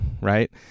right